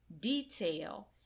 detail